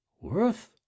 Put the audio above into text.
worth